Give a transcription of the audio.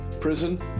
prison